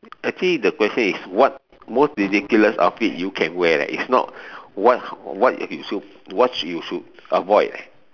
actually the question is what most ridiculous outfit you can wear lah is not what what you should what you should avoid